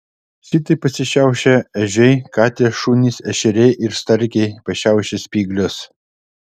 šitaip pasišiaušia ežiai katės šunys ešeriai ir starkiai pašiaušia spyglius